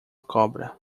cobra